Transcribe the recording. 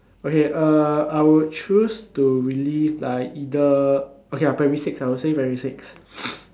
okay uh I would choose to relive like either okay lah primary six I would say primary six